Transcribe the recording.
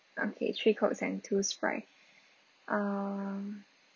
okay three cokes and two Sprite uh